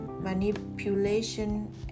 Manipulation